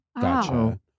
Gotcha